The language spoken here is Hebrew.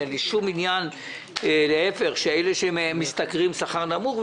אין לי שום עניין שאלו שמשתכרים שכר נמוך,